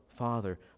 Father